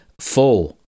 full